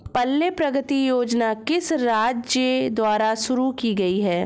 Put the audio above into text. पल्ले प्रगति योजना किस राज्य द्वारा शुरू की गई है?